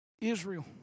Israel